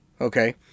Okay